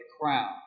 crown